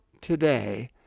today